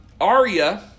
Arya